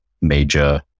major